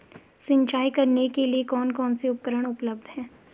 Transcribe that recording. सिंचाई करने के लिए कौन कौन से उपकरण उपलब्ध हैं?